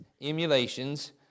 emulations